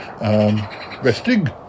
resting